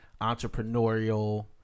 entrepreneurial